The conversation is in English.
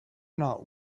not